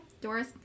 Doris